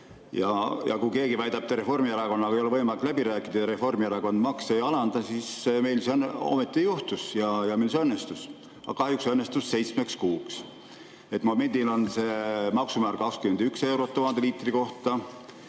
Kui keegi väidab, et Reformierakonnaga ei ole võimalik läbi rääkida ja Reformierakond makse ei alanda, siis meil see ometi juhtus ja meil see õnnestus. Aga kahjuks õnnestus seitsmeks kuuks. Momendil on see maksumäär 21 eurot 1000 liitri kohta,